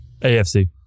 AFC